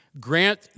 Grant